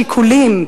השיקולים,